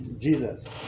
Jesus